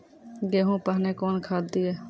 गेहूँ पहने कौन खाद दिए?